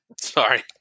sorry